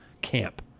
camp